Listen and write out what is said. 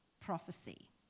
prophecy